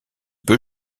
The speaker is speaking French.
peut